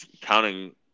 counting